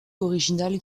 originales